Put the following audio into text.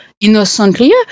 innocently